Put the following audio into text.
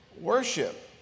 worship